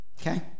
okay